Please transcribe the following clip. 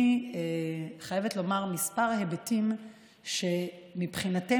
אני חייבת לומר כמה היבטים שמבחינתנו